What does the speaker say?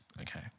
Okay